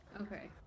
Okay